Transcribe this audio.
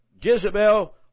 Jezebel